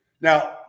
Now